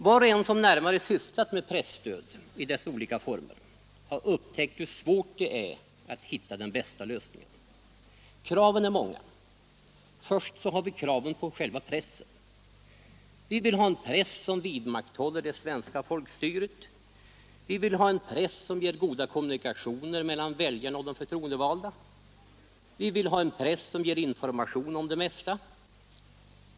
Var och en som närmare sysslat med presstöd i dess olika former har upptäckt hur svårt det är att hitta den bästa lösningen. Kraven är många. Först har vi kraven på själva pressen: Vi vill ha en press som vidmakthåller det svenska folkstyret. Vi vill ha en press som ger goda kommunikationer mellan 15 väljarna och de förtroendevalda. Vi vill ha en press som ger information om det mesta.